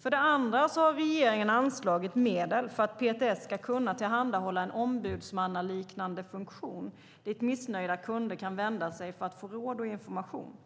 För det andra har regeringen anslagit medel för att PTS ska kunna tillhandahålla en ombudsmannaliknande funktion dit missnöjda kunder kan vända sig för att få råd och information.